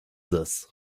this